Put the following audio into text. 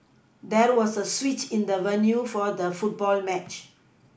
there was a switch in the venue for the football match